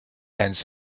and